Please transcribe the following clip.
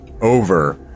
over